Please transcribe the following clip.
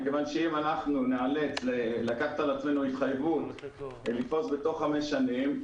מכיוון שאם אנחנו ניאלץ לקחת על עצמנו התחייבות לפרוס בתוך חמש שנים,